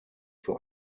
für